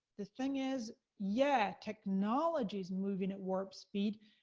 the thing is, yet. technology's moving, at warp speed.